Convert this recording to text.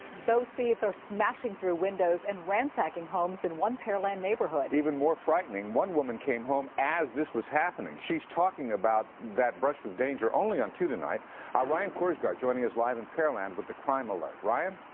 those thieves are smashing through windows and ransacking homes in one pearland neighborhood. even more frightening, one woman came home as this was happening. she is talking about that brush with danger only on two. our ryan korsgard joining us live in pearland with the crime alert. ryan?